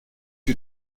que